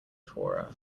torah